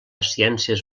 ciències